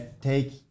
take